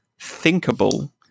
thinkable